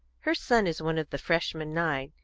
her son is one of the freshman nine,